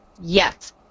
yes